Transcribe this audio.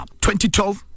2012